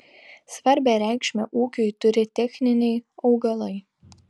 svarbią reikšmę ūkiui turi techniniai augalai